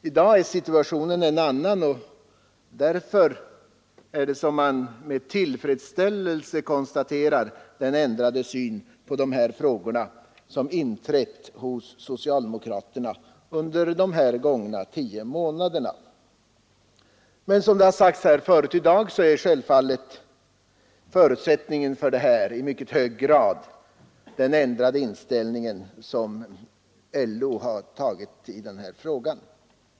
I dag är situationen en annan, och det är därför som man med tillfredsställelse konstaterar den ändrade syn på de här frågorna som inträtt hos socialdemokraterna under de gångna tio månaderna. Men som det har sagts förut i dag är självfallet en förutsättning härför den ändrade ståndpunkt som LO har tagit i dessa frågor.